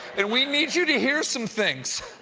and we need you to hear some things.